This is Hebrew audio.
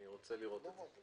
אני רוצה לראות את זה.